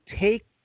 take